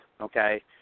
okay